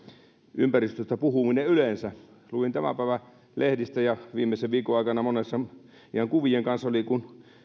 ympäristöstä puhuminen yleensä luin tämän päivän lehdistä ja viimeisen viikon aikana monessa ihan kuvien kanssa oli kun